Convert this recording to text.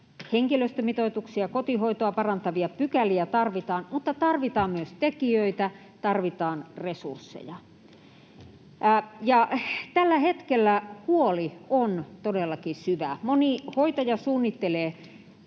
henkilöstömitoituksia ja kotihoitoa parantavia pykäliä tarvitaan, mutta tarvitaan myös tekijöitä, tarvitaan resursseja. Tällä hetkellä huoli on todellakin syvä. Moni hoitaja suunnittelee